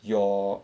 your